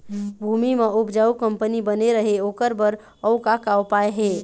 भूमि म उपजाऊ कंपनी बने रहे ओकर बर अउ का का उपाय हे?